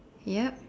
yup